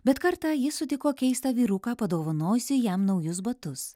bet kartą jis sutiko keistą vyruką padovanojusį jam naujus batus